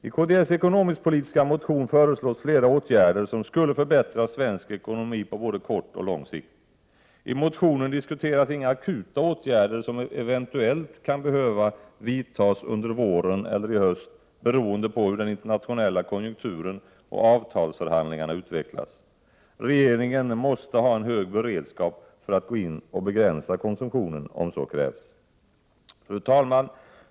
I kds ekonomisk-politiska motion föreslås flera åtgärder som skulle förbättra svensk ekonomi både på kort och på lång sikt. I motionen diskuteras inga akuta åtgärder som eventuellt kan behöva vidtas under våren eller i höst beroende på hur den internationella konjunkturen och avtalsförhandlingarna utvecklas. Regeringen måste ha en hög beredskap för att gå in och begränsa konsumtionen om så krävs. Fru talman!